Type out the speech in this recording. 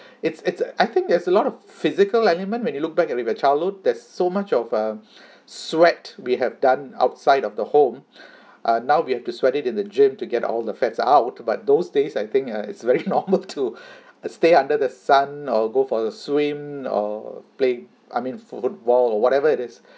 it's it's I think there's a lot of physical element when you look back and with your childhood there's so much of um sweat we have done outside of the home uh now we have to sweat it in the gym to get all the fats out but those days I think uh it's very normal to stay under the sun or go for a swim or playing I mean football or whatever it is